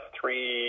three